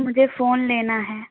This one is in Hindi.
मुझे फ़ोन लेना है